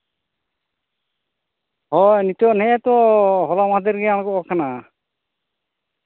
ᱦᱳᱭ ᱱᱤᱛᱳᱜ ᱱᱮᱜᱼᱮ ᱛᱚ ᱦᱚᱞᱟ ᱢᱟᱫᱷᱮᱨ ᱜᱮ ᱟᱬᱜᱚᱣᱟᱠᱟᱱᱟ